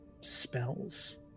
spells